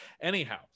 Anyhow